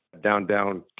down-down